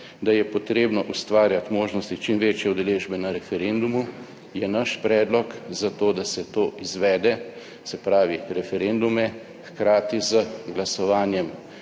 da je potrebno ustvarjati možnosti čim večje udeležbe na referendumu, je naš predlog za to, da se to izvede, se pravi referendume hkrati z glasovanjem